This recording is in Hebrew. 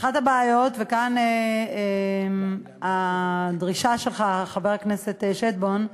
אחת הבעיות, וכאן הדרישה שלך, חבר הכנסת שטבון,